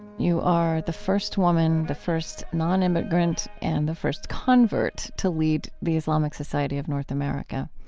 you are the first woman, the first non-immigrant, and the first convert to lead the islamic society of north america.